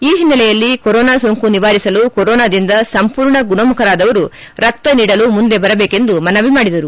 ಈ ಹಿನ್ನೆಲೆಯಲ್ಲಿ ಕೊರೊನಾ ಸೋಂಕು ನಿವಾರಿಸಲು ಕೊರೊನಾದಿಂದ ಸಂಪೂರ್ಣ ಗುಣಮುಖರಾದವರು ರಕ್ತ ನೀಡಲು ಮುಂದೆ ಬರಬೇಕೆಂದು ಮನವಿ ಮಾಡಿದರು